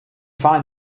find